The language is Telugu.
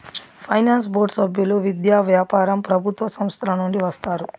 ఫైనాన్స్ బోర్డు సభ్యులు విద్య, వ్యాపారం ప్రభుత్వ సంస్థల నుండి వస్తారు